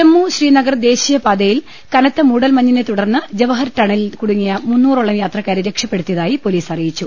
ജമ്മു ശ്രീനഗർ ദേശീയപാതയിൽ കനത്ത മൂടൽ മഞ്ഞിനെത്തുടർന്ന് ജവഹർ ടണലിൽ കുടുങ്ങിയ മുന്നൂ റോളം യാത്രക്കാരെ രക്ഷപ്പെടുത്തിയതായി പൊലീസ് അറിയിച്ചു